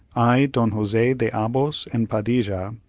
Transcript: i, don jose de abos and padilla,